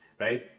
right